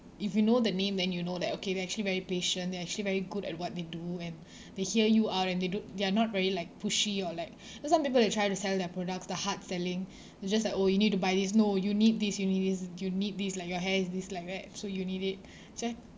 if you know the name then you know that okay they're actually very patient they're actually very good at what they do and they hear you out and they do~ they are not really like pushy or like because some people they try to sell their products the hard selling it's just like oh you need to buy this no you need this you need this you need this like your hair is this like that so you need it so I